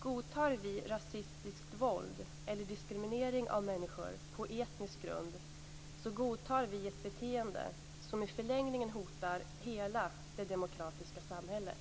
Godtar vi rasistiskt våld eller diskriminering av människor på etnisk grund, godtar vi ett beteende som i förlängningen hotar hela det demokratiska samhället.